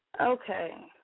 Okay